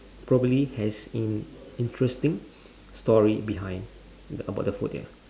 probably has an interesting story behind the about the food ya